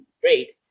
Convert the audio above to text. great